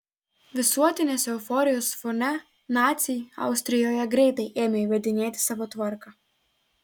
visuotinės euforijos fone naciai austrijoje greitai ėmė įvedinėti savo tvarką